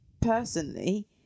personally